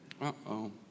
Uh-oh